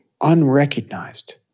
unrecognized